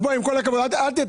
עם כל הכבוד, אל תטיף לנו מוסר.